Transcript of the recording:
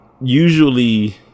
usually